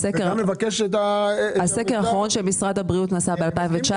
הסקר האחרון בנושא הזה של משרד הבריאות נעשה ב-2019